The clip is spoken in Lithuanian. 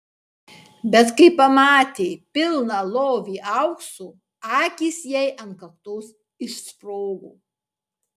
bet kai pamatė pilną lovį aukso akys jai ant kaktos išsprogo